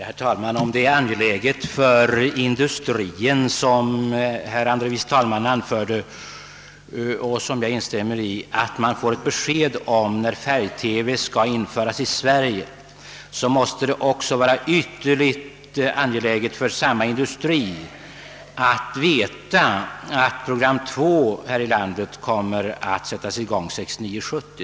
Herr talman! Om det, såsom herr andre vice talmannen anförde och som jag instämmer i, är angeläget för industrien att få besked om när färg-TV skall infö ras i Sverige, så måste det också vara ytterligt angeläget för samma industri att veta att program 2 i TV här i landet kommer att sättas i gång 1969/70.